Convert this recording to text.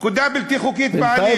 פקודה בלתי חוקית בעליל,